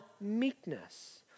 meekness